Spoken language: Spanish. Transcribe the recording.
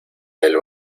del